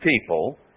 people